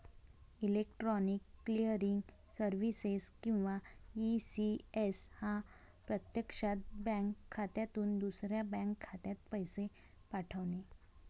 electronic clearing services किंवा ECS हा प्रत्यक्षात बँक खात्यातून दुसऱ्या बँक खात्यात पैसे पाठवणे